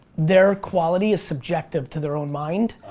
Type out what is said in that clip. their quality is subjective to their own mind.